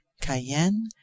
cayenne